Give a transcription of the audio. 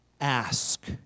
Ask